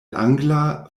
angla